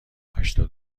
هشتاد